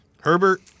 Herbert